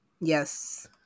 Yes